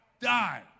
die